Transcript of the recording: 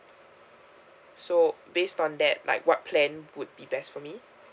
so based on that like what plan would be best for me